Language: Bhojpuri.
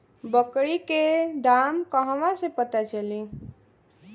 बकरी के दाम कहवा से पता चली?